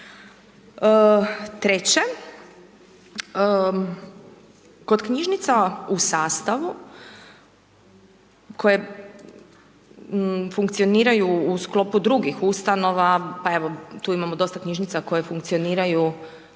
Treće, kod knjižnica u sastavu koje funkcioniraju u sklopu drugih ustanova pa evo tu imamo dosta knjižnica koje funkcioniraju